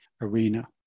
arena